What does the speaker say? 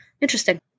Interesting